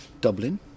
Dublin